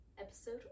episode